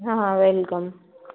हाँ हाँ वेलकम